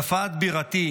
יפה את בירתי: